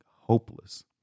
hopeless